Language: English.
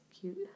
cute